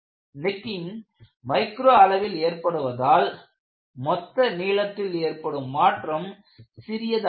necking micro அளவில் ஏற்படுவதால் மொத்த நீளத்தில் ஏற்படும் மாற்றம் சிறியதாகிறது